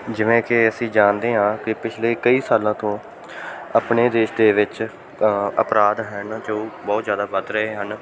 ਜਿਵੇਂ ਕਿ ਅਸੀਂ ਜਾਣਦੇ ਹਾਂ ਕਿ ਪਿਛਲੇ ਕਈ ਸਾਲਾਂ ਤੋਂ ਆਪਣੇ ਦੇਸ਼ ਦੇ ਵਿੱਚ ਅਪਰਾਧ ਹਨ ਜੋ ਬਹੁਤ ਜ਼ਿਆਦਾ ਵੱਧ ਰਹੇ ਹਨ